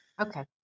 Okay